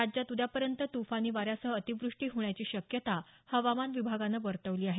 राज्यात उद्यापर्यंत त्फानी वाऱ्यासह अतिवृष्टी होण्याची शक्यता हवामान विभागानं वर्तवली आहे